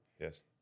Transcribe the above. Yes